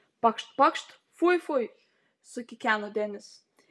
pakšt pakšt fui fui sukikeno denis